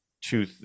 two